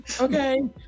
okay